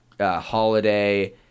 Holiday